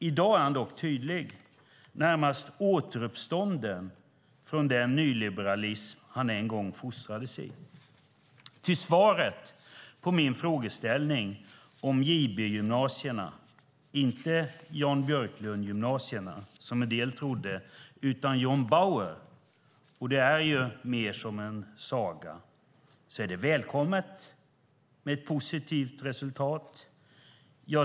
I dag är han dock tydlig, närmast återuppstånden från den nyliberalism han en gång fostrades i, ty svaret på min frågeställning om JB-gymnasierna - inte Jan Björklund-gymnasierna, som en del trodde, utan John Bauer, och det är mer som en saga - är att det är välkommet med ett positivt resultat.